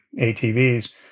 ATVs